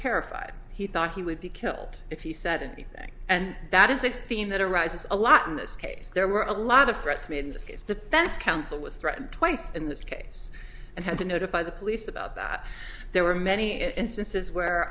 terrified he thought he would be killed if he said anything and that is a theme that arises a lot in this case there were a lot of threats made in this case the best counsel was threatened twice in this case and had to notify the police about that there were many instances where